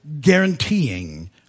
guaranteeing